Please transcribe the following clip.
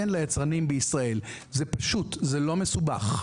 זה פשוט, זה לא מסובך.